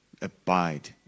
abide